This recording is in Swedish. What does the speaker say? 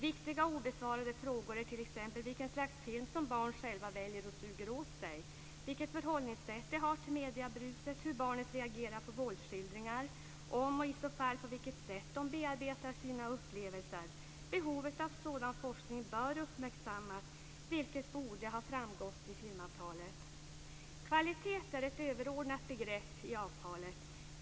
Viktiga obesvarade frågor är t.ex. vilken slags film barn själva väljer och suger åt sig, vilket förhållningssätt de har till mediebruset, hur de reagerar på våldsskildringar och om och i så fall på vilket sätt de bearbetar sina upplevelser. Behovet av sådan forskning bör uppmärksammas, vilket borde ha framgått i filmavtalet. Kvalitet är ett överordnat begrepp i avtalet.